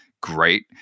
great